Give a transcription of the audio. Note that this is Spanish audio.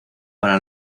para